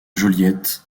joliet